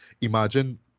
imagine